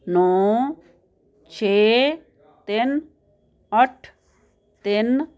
ਨੌਂ ਛੇ ਤਿੰਨ ਅੱਠ ਤਿੰਨ